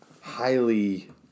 highly